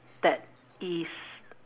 that is